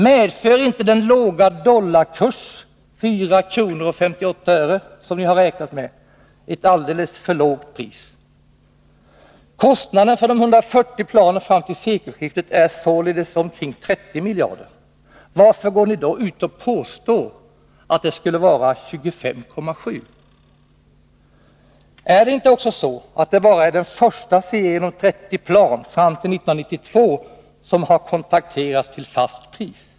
Medför inte den låga dollarkurs, 4 kr. 58 öre, som ni räknat med, ett alldeles för lågt pris? Kostnaden för de 140 planen fram till sekelskiftet är således 30 miljarder. Varför påstår ni då att den är 25,7 miljarder? Är det inte också så, att det bara är den första serien om 30 plan fram till 1992 som har kontrakterats till fast pris?